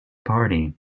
party